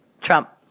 Trump